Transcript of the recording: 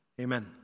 Amen